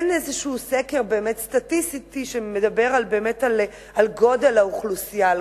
איזה סקר סטטיסטי שמדבר על גודל האוכלוסייה,